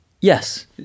Yes